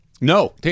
No